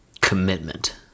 Commitment